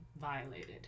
violated